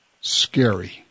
scary